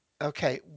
Okay